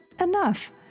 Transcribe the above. enough